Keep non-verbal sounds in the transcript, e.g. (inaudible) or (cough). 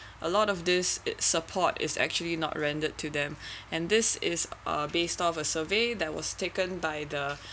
a lot of these it support is actually not rendered to them (breath) and this is a based of a survey that was taken by the